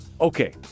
okay